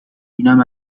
اینم